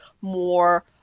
more